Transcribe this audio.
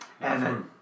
Evan